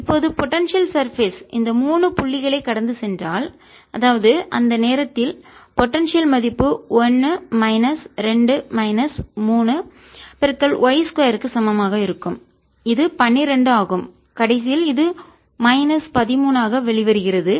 இப்போது potential surface சாத்தியமான மேற்பரப்பு இந்த 3 புள்ளிகளைக் கடந்து சென்றால் அதாவது அந்த நேரத்தில் போடன்சியல் மதிப்பு 1 மைனஸ் 2 மைனஸ் 3 y 2 ற்கு சமமாக இருக்கும் இது 12 ஆகும் கடைசியில் இது மைனஸ் 13 ஆக வெளிவருகிறது